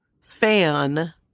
fan